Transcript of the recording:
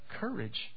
courage